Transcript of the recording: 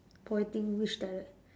pointing which direct